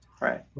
right